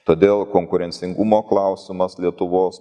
todėl konkurencingumo klausimas lietuvos